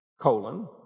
colon